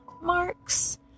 marks